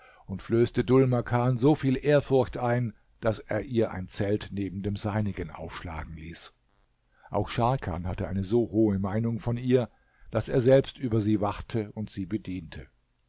und flößte dhul makan so viel ehrfurcht ein daß er ihr ein zelt neben dem seinigen aufschlagen ließ auch scharkan hatte eine so hohe meinung von ihr daß er selbst über sie wachte und sie bediente